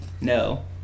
No